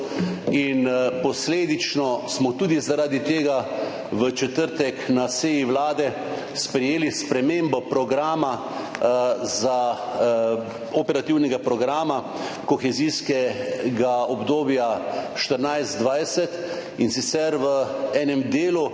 Posledično smo tudi zaradi tega v četrtek na seji Vlade sprejeli spremembo operativnega programa kohezijske obdobja 2014–2020, in sicer v enem delu,